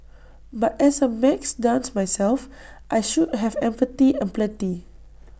but as A maths dunce myself I should have empathy aplenty